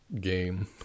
game